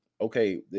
okay